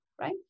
right